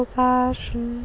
passion